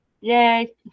Yay